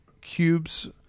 cubes